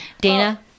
Dana